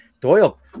Doyle